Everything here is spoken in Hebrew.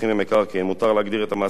מוצע להגדיר את המעשים שייחשבו